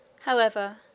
However